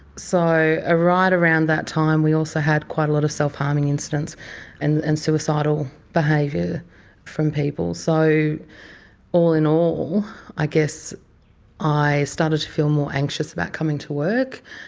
so ah right around that time we also had quite a lot of self-harming incidents and and suicidal behaviour from people. so all in all i guess i started to feel more anxious about coming to work,